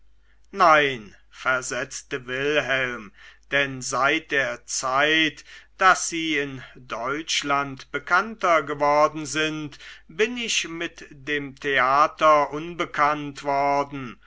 nein versetzte wilhelm denn seit der zeit daß sie in deutschland bekannter geworden sind bin ich mit dem theater unbekannt worden